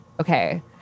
okay